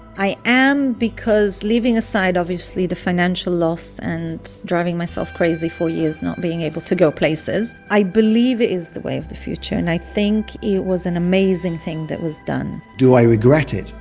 i am, because leaving aside obviously the financial loss and driving myself crazy for years not being able to go places, i believe it is the way of the future and i think it was an amazing thing that was done do i regret it?